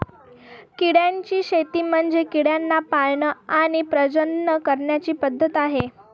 किड्यांची शेती म्हणजे किड्यांना पाळण आणि प्रजनन करण्याची पद्धत आहे